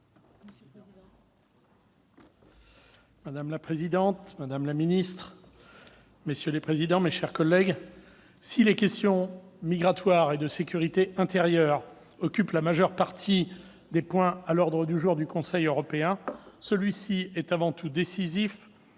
Madame la présidente, madame la ministre, messieurs les présidents, mes chers collègues, si les questions migratoires et de sécurité intérieure occupent la majeure partie des points à l'ordre du jour du Conseil européen, celui-ci est avant tout décisif